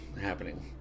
happening